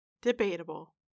debatable